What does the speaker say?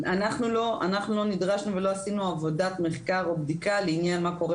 אנחנו לא נדרשנו ולא עשינו עבודת מחקר או בדיקה לעניין מה קורה